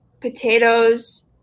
potatoes